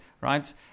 Right